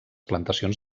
plantacions